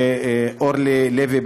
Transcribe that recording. אורלי לוי,